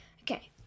okay